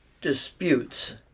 disputes